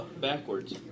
backwards